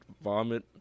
vomit